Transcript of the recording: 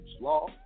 law